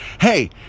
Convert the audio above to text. hey